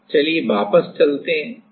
चलो वापस देखते हैं